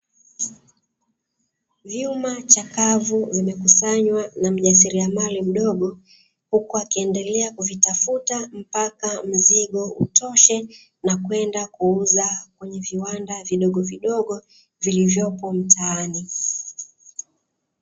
Vyuma chakavu vimekusanywa na mjasiriamali mdogo huku akiendelea kuvitafuta mpaka mzigo utoshe na kwenda kuuza kwenye viwanda vidogovidogo vilivyopo mtaani.